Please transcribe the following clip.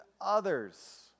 others